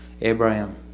Abraham